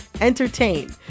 entertain